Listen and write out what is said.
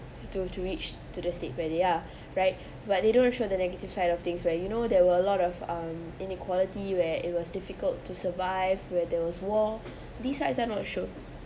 to to reach to the state where they are right but they don't want show the negative side of things where you know there were a lot of um inequality where it was difficult to survive where there was war these sides are not showed